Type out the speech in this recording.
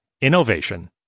innovation